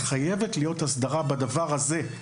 חייבת להיות הסדרה בדבר הזה.